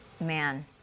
Man